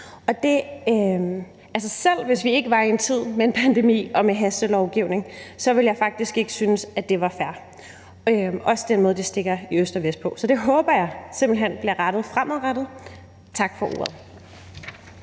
ikke hvis vi ikke var i en tid med en pandemi og hastelovgivning, ville jeg synes, at det var fair, heller ikke med den måde, det stikker i øst og vest på. Så det håber jeg simpelt hen bliver rettet fremadrettet. Tak for ordet.